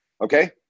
Okay